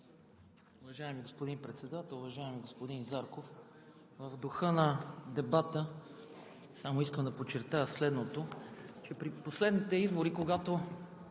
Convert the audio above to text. Уважаеми господин Председател, уважаеми господин Зарков! В духа на дебата само искам да подчертая следното. При последните избори, когато